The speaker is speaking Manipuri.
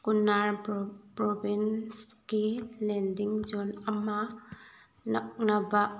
ꯀꯨꯅꯥꯔ ꯄ꯭ꯔꯣꯚꯤꯟꯁꯀꯤ ꯂꯦꯟꯗꯤꯡ ꯖꯣꯟ ꯑꯃ ꯅꯛꯅꯕ